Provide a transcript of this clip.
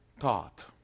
taught